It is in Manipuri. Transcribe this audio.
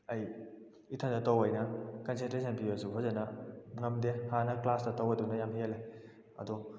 ꯑꯩ ꯏꯊꯟꯅꯇ ꯑꯣꯏꯅ ꯀꯟꯁꯦꯟꯇ꯭ꯔꯦꯁꯟ ꯄꯤꯕꯁꯨ ꯐꯖꯅ ꯉꯝꯗꯦ ꯍꯥꯟꯅ ꯀ꯭ꯂꯥꯁꯇ ꯇꯧꯕꯗꯨꯅ ꯌꯥꯝ ꯍꯦꯜꯂꯦ ꯑꯗꯣ